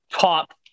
top